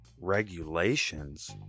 regulations